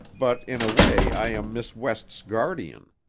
but in a way i am miss west's guardian